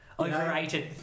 Overrated